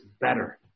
better